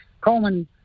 Coleman